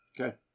Okay